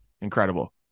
Incredible